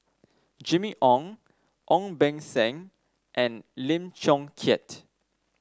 Jimmy Ong Ong Beng Seng and Lim Chong Keat